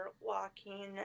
walking